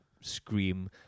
scream